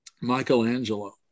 Michelangelo